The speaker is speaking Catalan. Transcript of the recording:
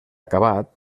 acabat